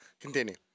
Continue